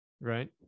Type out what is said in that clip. right